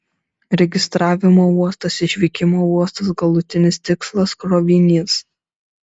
registravimo uostas išvykimo uostas galutinis tikslas krovinys